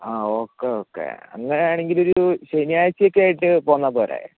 അ okay okay അങ്ങനെ ആണെങ്കിൽ ഒരു ശനിയാഴ്ചയൊക്കെ ആയിട്ട് പോന്നാൽ പോരേ